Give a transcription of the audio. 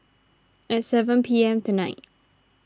at seven P M tonight